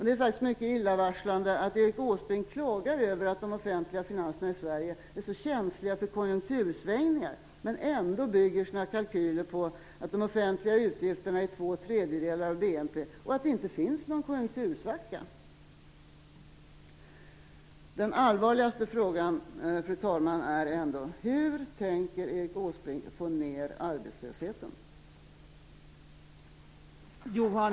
Det är också mycket illavarslande att Erik Åsbrink klagar över att de offentliga finanserna i Sverige är så känsliga för konjunktursvängningar, men ändå bygger sina kalkyler på att de offentliga utgifterna är två tredjedelar av BNP och att det inte finns någon konjunktursvacka. Den allvarligaste frågan, fru talman, är ändå: Hur tänker Erik Åsbrink få ned arbetslösheten?